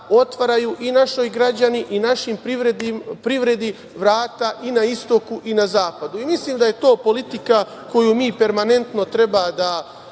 otvaraju i našim građanima i našoj privredi vrata i na istoku i na zapadu. Mislim da je to politika koju mi permanentno treba da